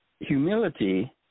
Humility